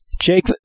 Jake